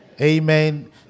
Amen